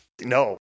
No